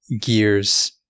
gears